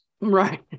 Right